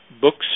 Books